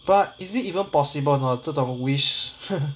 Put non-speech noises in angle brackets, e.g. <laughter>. but is it even possible or not 这种 wish <laughs>